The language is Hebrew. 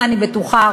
אני בטוחה,